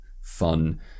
fun